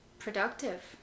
productive